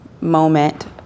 moment